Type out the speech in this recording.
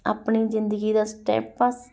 ਆਪਣੀ ਜ਼ਿੰਦਗੀ ਦਾ ਸਟੈਪ ਆ